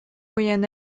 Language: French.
moyen